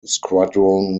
squadron